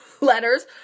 letters